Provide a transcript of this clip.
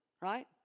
right